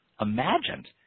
imagined